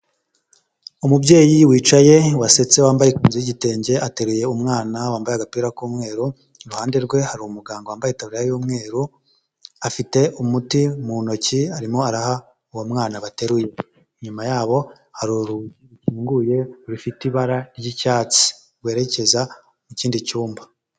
Umubyeyi wicaye wasetse wambaye ikanzu y'gitenge ateruye umwana wambaye agapira k'umweru; iruhande rwe hari umuganga wambaye itabuliya y'umweru afite umuti mu ntoki arimo araha uwo mwana bateruye; inyuma yabo hari urugi rukinguye rufite ibara ry'icyatsi rwerekeza mu kindi cyumba.